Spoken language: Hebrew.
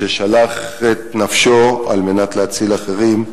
ששלח את נפשו על מנת להציל אחרים.